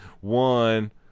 one